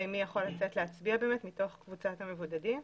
מי יכול לצאת להצביע מתוך קבוצת המבודדים.